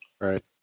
right